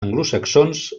anglosaxons